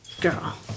Girl